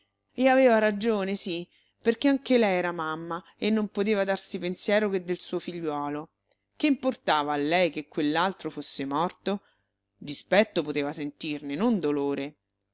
e aveva ragione sì perché anche lei era mamma e non poteva darsi pensiero che del suo figliuolo che importava a lei che quell'altro fosse morto dispetto poteva sentirne non dolore